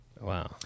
Wow